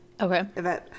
Okay